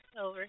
Over